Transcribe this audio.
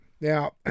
Now